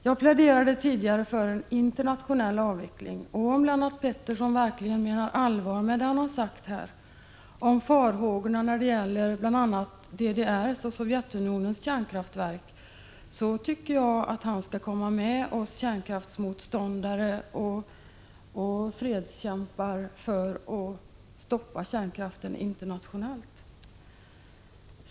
Jag pläderade tidigare för en internationell avveckling. Om Lennart Pettersson verkligen menar allvar med det som han här har sagt om farhågorna när det gäller bl.a. DDR:s och Sovjetunionens kärnkraftverk, tycker jag att han skall komma med oss kärnkraftsmotståndare och fredskämpar för att stoppa kärnkraften internationellt.